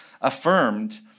affirmed